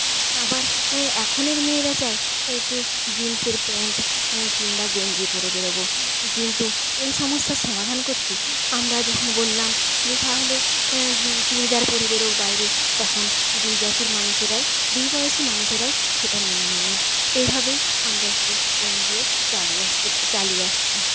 আবার এখনের মেয়েরা চায় একটু জিন্সের প্যান্ট কিংবা গেঞ্জি পরে বেরবো কিন্তু এই সমস্যার সমাধান করতে আমরা যখন বললাম যে তাহলে চুড়িদার পরে বেরোক বাইরে তখন দুই জাতির মানুষেরাই দুই বয়সী মানুষেরাই সেটা মেনে নিল এইভাবেই আমরা একটি এনজিও চালিয়ে আসতে চালিয়ে আসছি